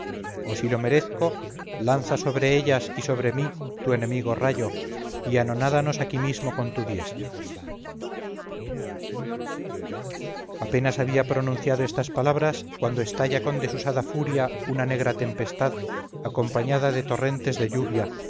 o si lo merezco lanza sobre ellas y sobre mí tu enemigo rayo y anonádanos aquí mismo con tu diestra apenas había pronunciado estas palabras cuando estalla con desusada furia una negra tempestad acompañada de torrentes de lluvia